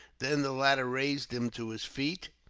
then the latter raised him to his feet.